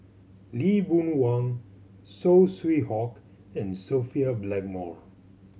Lee Boon Wang Saw Swee Hock and Sophia Blackmore